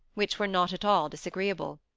which were not at all disagreeable.